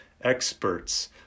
experts